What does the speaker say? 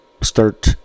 start